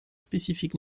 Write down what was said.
specific